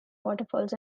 waterfalls